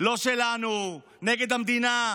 "לא שלנו", "נגד המדינה".